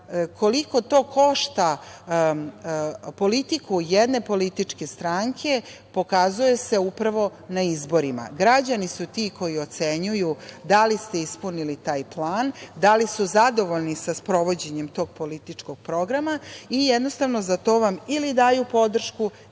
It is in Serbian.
Koliko to košta politiku jedne političke stranke pokazuje se upravo na izborima. Građani su ti koji ocenjuju da li ste ispunili taj plan, da li su zadovoljni sa sprovođenjem tog političkog programa i jednostavno za to vam ili daju podršku